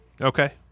Okay